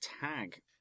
tag